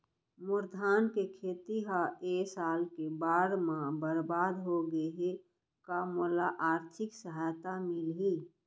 मोर धान के खेती ह ए साल के बाढ़ म बरबाद हो गे हे का मोला आर्थिक सहायता मिलही?